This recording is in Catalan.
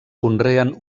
conreen